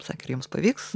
sakė ir jums pavyks